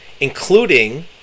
including